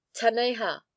taneha